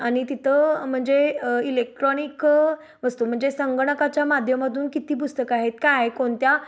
आणि तिथं म्हणजे इलेक्ट्रॉनिक वस्तू म्हणजे संगणकाच्या माध्यमातून किती पुस्तकं आहेत काय आहे कोणत्या